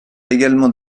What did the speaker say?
également